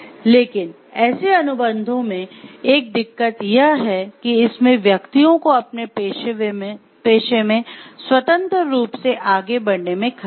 लेकिन ऐसे अनुबंधों में एक दिक्कत यह है कि इसमें व्यक्तियों को अपने पेशे में स्वतंत्र रूप से आगे बढ़ने में खतरा हैं